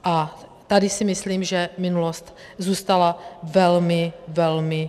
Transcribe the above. A tady si myslím, že minulost zůstala velmi, velmi dlužná.